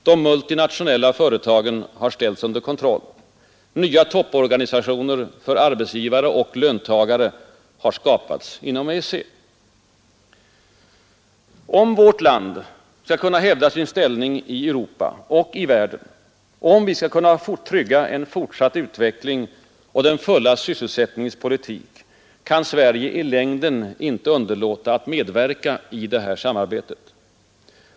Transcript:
De multinationella företagen har ställts under kontroll. Nya topporganisationer för arbetsgivare och löntagare har skapats inom EEC. Om vårt land skall kunna hävda sin ställning i Europa och i världen, om vi skall kunna trygga en fortsatt utveckling och den fulla sysselsättningens politik, kan Sverige i längden inte underlåta att medverka i detta samarbete.